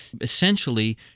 essentially